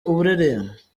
uburere